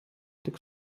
tik